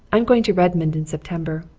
i'm going to redmond in september.